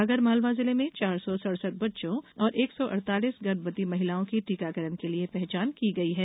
आगर मालवा जिले में चार सौ सड़सठ बच्चों और एक सौ अड़तालीस गर्भवती महिलाओं की टीकाकरण के लिए पहचान की गई है